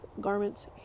garments